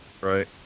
Right